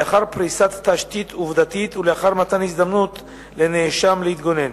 לאחר פריסת תשתית עובדתית ולאחר מתן הזדמנות לנאשם להתגונן.